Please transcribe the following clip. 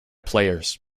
players